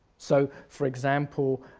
so for example